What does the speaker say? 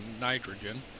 nitrogen